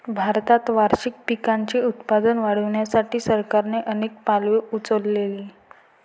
भारतात वार्षिक पिकांचे उत्पादन वाढवण्यासाठी सरकारने अनेक पावले उचलली